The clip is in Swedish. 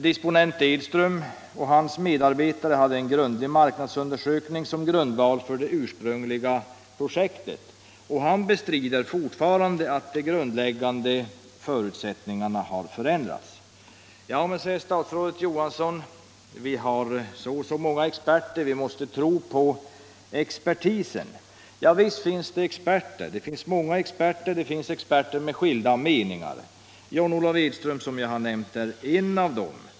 Disponent Edström och hans medarbetare hade en grundlig marknadsundersökning som underlag för det ursprungliga projektet. Han bestrider fortfarande att de grundläggande förutsättningarna har förändrats. Ja men, säger statsrådet Johansson, vi har så och så många experter, vi måste tro på expertisen. Visst finns det experter — det finns många experter och det finns experter med skilda meningar. Disponent Edström är en av dem.